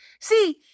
See